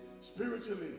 spiritually